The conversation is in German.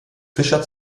fischer